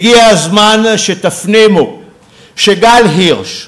הגיע הזמן שתפנימו שגל הירש,